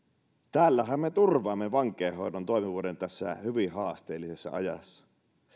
tällähän me turvaamme vankeinhoidon toimivuuden tässä hyvin haasteellisessa ajassa